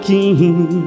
King